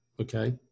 okay